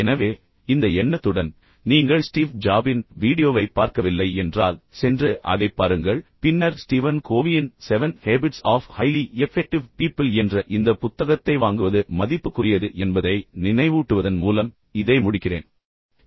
எனவே இந்த எண்ணத்துடன் நீங்கள் ஸ்டீவ் ஜாபின் வீடியோவைப் பார்க்கவில்லை என்றால் சென்று அதைப் பாருங்கள் பின்னர் ஸ்டீவன் கோவியின் seven habits of highly effective people என்ற இந்த புத்தகத்தை வாங்குவது மதிப்புக்குரியது என்பதை நினைவூட்டுவதன் மூலம் இதை முடிக்கிறேன்